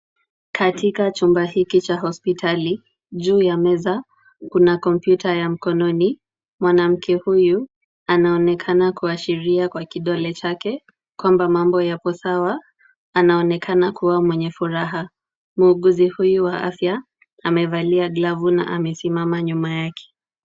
Katika chumba hiki cha hospitali, juu ya meza kuna komputa ya mkononi. Mwanamke huyu anaonekana kuashiria kwa kidole chake kwamba mambo yapo sawa, anaonekana kuwa mwenye furaha. Muuguzi huyu wa afya, amevalia glavu na amesimama nyuma yake.